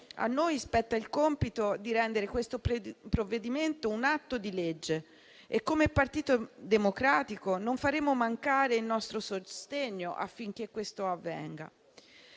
A noi spetta il compito di renderlo un atto di legge e, come Partito Democratico, non faremo mancare il nostro sostegno affinché questo avvenga.